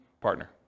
partner